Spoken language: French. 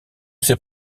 ces